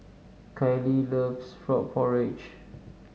Kalie loves Frog Porridge